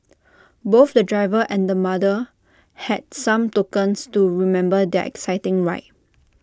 both the driver and the mother had some tokens to remember their exciting ride